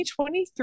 2023